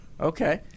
okay